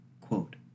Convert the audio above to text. quote